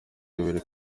yoweri